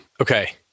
okay